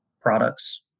products